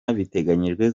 biteganyijwe